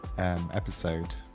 Episode